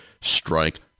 strike